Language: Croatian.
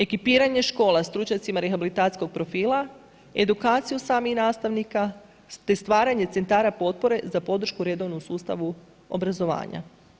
Ekipiranje škola stručnjacima rehabilitacijskog profila, edukaciju samih nastavnika te stvaranja centara potpore za podršku redovnom sustavu obrazovanja.